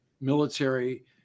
military